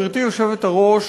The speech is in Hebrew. גברתי היושבת-ראש,